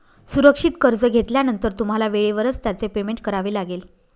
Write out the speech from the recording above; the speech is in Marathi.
सुरक्षित कर्ज घेतल्यानंतर तुम्हाला वेळेवरच त्याचे पेमेंट करावे लागेल